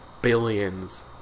Billions